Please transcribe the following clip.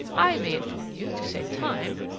i may inform you, to save time,